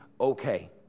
okay